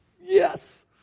Yes